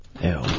Ew